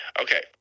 Okay